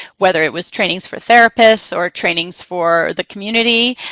whether it was trainings for therapists or trainings for the community.